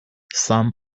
some